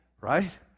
right